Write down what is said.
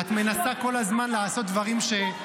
את מנסה כל הזמן לעשות דברים ----- אתה